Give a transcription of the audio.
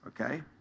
okay